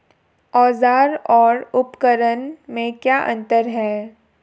औज़ार और उपकरण में क्या अंतर है?